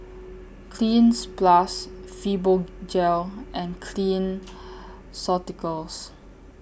Cleanz Plus Fibogel and Clean Ceuticals